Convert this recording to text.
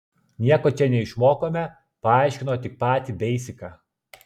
nieko čia neišmokome paaiškino tik patį beisiką